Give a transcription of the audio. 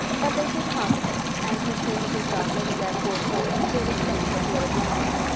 but they did pass away, and mr. and mrs. gardiner, with their four children, did at length appear at longbourn.